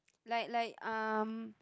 like like um